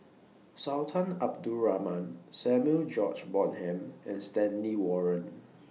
Sultan Abdul Rahman Samuel George Bonham and Stanley Warren